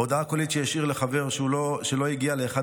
בהודעה קולית שהשאיר לחבר שלא הגיע לאחד